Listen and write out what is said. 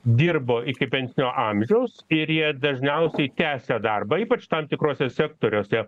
dirbo iki pensinio amžiaus ir jie dažniausiai tęsia darbą ypač tam tikruose sektoriuose